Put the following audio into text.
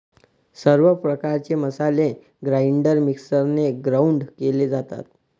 सर्व प्रकारचे मसाले ग्राइंडर मिक्सरने ग्राउंड केले जातात